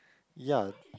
ya